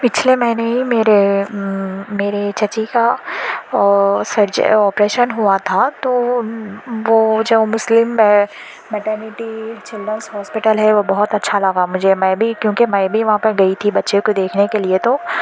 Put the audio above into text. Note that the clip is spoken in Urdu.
پچھلے مہینے ہی میرے میرے چچی کا او سرجری آپریشن ہوا تھا تو وہ وہ جو مسلم مڈرنٹی چلڈرنس ہاسپیٹل ہے وہ بہت اچھا لگا مجھے میں بھی کیونکہ میں بھی وہاں پر گئی تھی بچے کو دیکھنے کے لیے تو